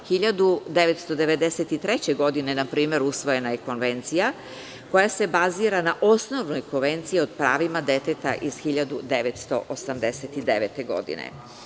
Na primer, 1993. godine usvojena je Konvencija koja se bazira na osnovnoj Konvenciji o pravima deteta iz 1989. godine.